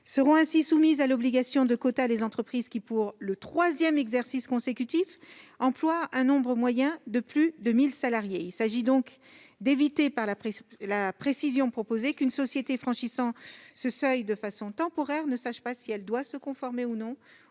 Seront ainsi soumises à l'obligation de quota les entreprises qui, pour le troisième exercice consécutif, ont employé un nombre moyen de plus de 1 000 salariés. En apportant cette précision, il s'agit d'éviter qu'une société qui franchirait ce seuil de façon temporaire ne sache pas si elle doit se conformer ou non